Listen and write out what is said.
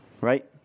right